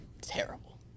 terrible